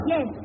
Yes